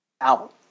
out